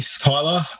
Tyler